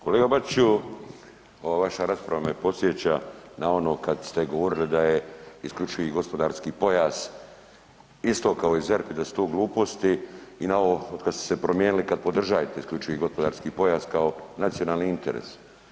Kolega Bačiću ova vaša rasprava me podsjeća na ono kada ste govorili da je isključivi gospodarski pojas isto kao i ZERP i da su to gluposti i … kada ste se promijenili kada podržavate isključivi gospodarski pojas kao nacionalni interes.